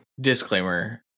disclaimer